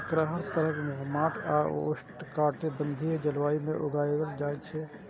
एकरा हर तरहक माटि आ उष्णकटिबंधीय जलवायु मे उगायल जाए छै